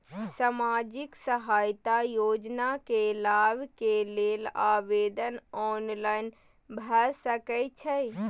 सामाजिक सहायता योजना के लाभ के लेल आवेदन ऑनलाइन भ सकै छै?